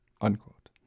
Unquote